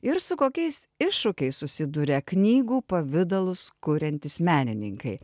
ir su kokiais iššūkiais susiduria knygų pavidalus kuriantys menininkai